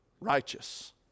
righteous